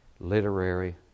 literary